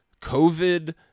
covid